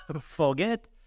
forget